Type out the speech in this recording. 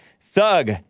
thug